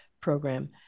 program